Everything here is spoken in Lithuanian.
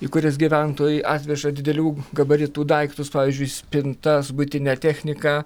į kurias gyventojai atveža didelių gabaritų daiktus pavyzdžiui spintas buitinę techniką